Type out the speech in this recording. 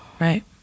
Right